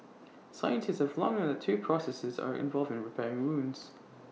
scientists have long known that two processes are involved in repairing wounds